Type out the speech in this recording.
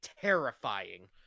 terrifying